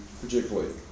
particularly